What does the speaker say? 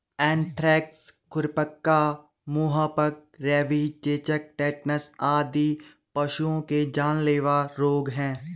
anthrax, खुरपका, मुहपका, rabies, चेचक, टेटनस आदि पहुओं के जानलेवा रोग हैं